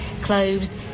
cloves